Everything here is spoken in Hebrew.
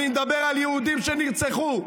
אני מדבר על יהודים שנרצחו ונטבחו.